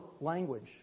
language